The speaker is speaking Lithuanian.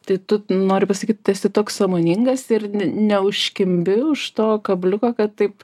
tai tu nori pasakyt tu esi toks sąmoningas ir ne neužkimbi už to kabliuko kad taip